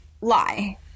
lie